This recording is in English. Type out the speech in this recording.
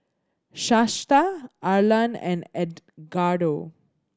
Shasta Arlan and Edgardo